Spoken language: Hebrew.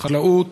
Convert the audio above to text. חקלאות